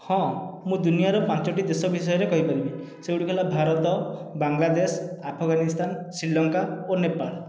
ହଁ ମୁଁ ଦୁନିଆର ପାଞ୍ଚଟି ଦେଶ ବିଷୟରେ କହିପାରିବି ସେଗୁଡ଼ିକ ହେଲା ଭାରତ ବାଂଲାଦେଶ ଆଫଗାନିସ୍ତାନ ଶ୍ରୀଲଙ୍କା ଓ ନେପାଳ